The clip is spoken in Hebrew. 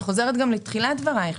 אני חוזרת גם לתחילת דבריך,